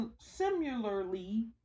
similarly